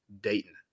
Dayton